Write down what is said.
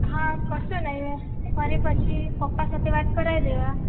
હા કશું નહીં ને ફરી પછી પપ્પા થે વાત કરાઇ દેવા